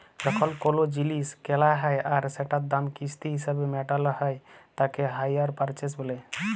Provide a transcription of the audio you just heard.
যখন কোলো জিলিস কেলা হ্যয় আর সেটার দাম কিস্তি হিসেবে মেটালো হ্য়য় তাকে হাইয়ার পারচেস বলে